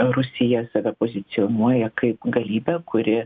rusija save pozicionuoja kaip galybę kuri